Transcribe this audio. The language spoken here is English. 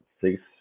six